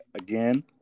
Again